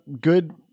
good